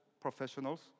professionals